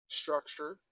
structure